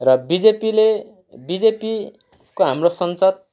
र बिजेपीले बिजेपीको हाम्रो सांसद